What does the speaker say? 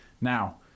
now